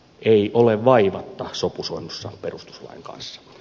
ei ole vaivatta sopusoinnussa perustuslain kanssa